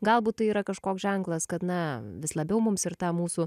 galbūt tai yra kažkoks ženklas kad na vis labiau mums ir ta mūsų